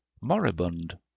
moribund